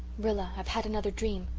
rilla, i've had another dream.